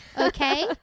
Okay